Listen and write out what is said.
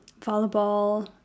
volleyball